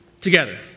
together